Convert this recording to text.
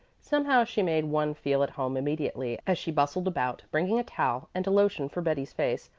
somehow she made one feel at home immediately as she bustled about bringing a towel and a lotion for betty's face,